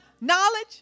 knowledge